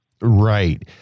right